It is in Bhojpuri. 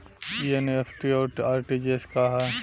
ई एन.ई.एफ.टी और आर.टी.जी.एस का ह?